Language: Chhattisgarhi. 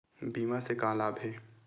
बीमा से का लाभ हे?